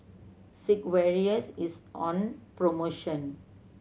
Sigvaris is on promotion